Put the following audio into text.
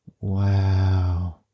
Wow